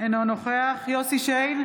אינו נוכח יוסף שיין,